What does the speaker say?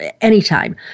anytime